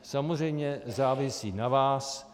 Samozřejmě závisí na vás.